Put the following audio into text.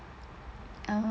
uh